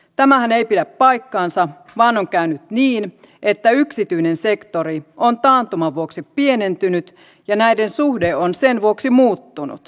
tämähän ei pidä paikkaansa vaan on käynyt niin että yksityinen sektori on taantuman vuoksi pienentynyt ja näiden suhde on sen vuoksi muuttunut